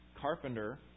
carpenter